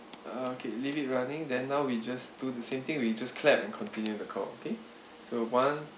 uh okay leave it running then now we just do the same thing we just clapp and continue the call okay so one